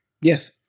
Yes